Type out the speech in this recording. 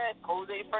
Jose